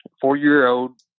four-year-old